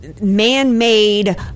man-made